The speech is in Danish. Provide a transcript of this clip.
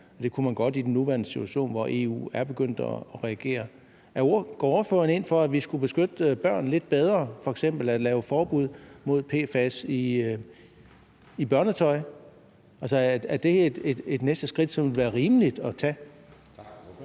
Det kunne man godt i den nuværende situation, hvor EU er begyndt at reagere. Går ordføreren ind for, at vi skal beskytte børn lidt bedre, f.eks. ved at lave forbud mod PFAS i børnetøj? Altså, er det et næste skridt, som vil være rimeligt at tage?